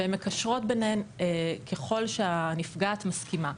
והן מקשרות ביניהן ככל שהנפגעת מסכימה.